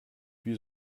wir